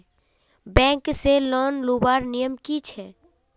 Bank से loan लुबार नियम की छे?